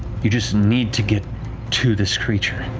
you just need to get to this creature.